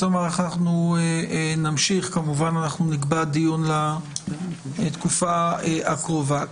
כמובן נקבע דיון לתקופה הקרובה.